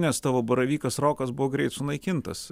nes tavo baravykas rokas buvo greit sunaikintas